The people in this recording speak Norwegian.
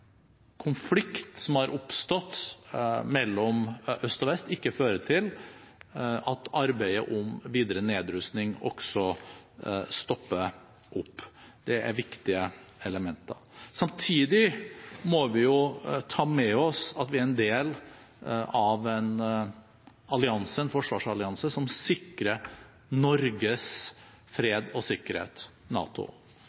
konflikt som har oppstått mellom øst og vest, ikke fører til at arbeidet med videre nedrustning også stopper opp. Det er viktige elementer. Samtidig må vi ta med oss at vi er en del av en forsvarsallianse som sikrer Norges